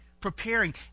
preparing